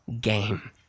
game